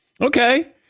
Okay